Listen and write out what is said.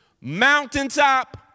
mountaintop